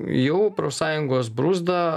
jau profsąjungos bruzda